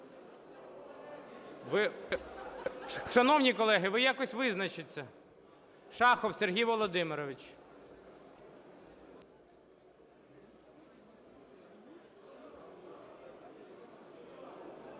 Шановні колеги, ви якось визначтеся. Шахов Сергій Володимирович.